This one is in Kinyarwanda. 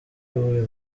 w’uyu